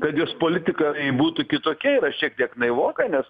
kad jos politikai būtų kitokie yra šiek tiek naivoka nes